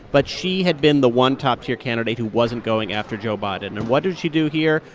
but she had been the one top-tier candidate who wasn't going after joe biden and what did she do here?